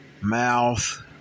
mouth